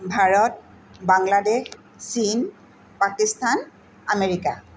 ভাৰত বাংলাদেশ চীন পাকিস্তান আমেৰিকা